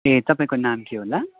ए तपाईँको नाम के होला